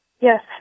Yes